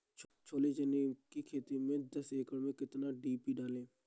छोले चने की खेती में दस एकड़ में कितनी डी.पी डालें?